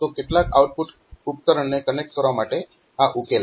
તો કેટલાક આઉટપુટ ઉપકરણને કનેક્ટ કરવા માટે આ ઉકેલાય છે